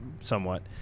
somewhat